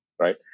right